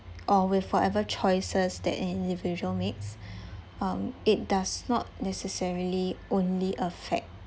or with whatever choices that an individual makes um it does not necessarily only affect